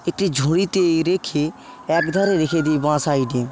একটি ঝুড়িতে রেখে এক ধারে রেখে দিই বাঁ সাইডে